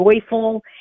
joyful